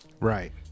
right